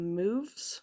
moves